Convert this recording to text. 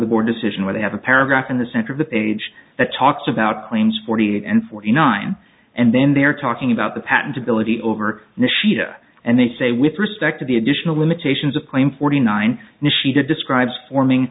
decision where they have a paragraph in the center of the page that talks about claims forty and forty nine and then they're talking about the patentability over the shida and they say with respect to the additional limitations of claim forty nine and she describes forming